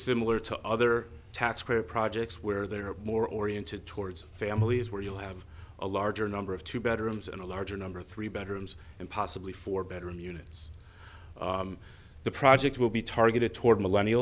dissimilar to other attacks where projects where there are more oriented towards families where you'll have a larger number of two bedrooms and a larger number three bedrooms and possibly four bedroom units the project will be targeted toward millennia